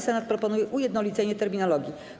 Senat proponuje ujednolicenie terminologii.